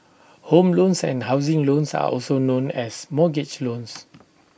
home loans and housing loans are also known as mortgage loans